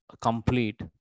complete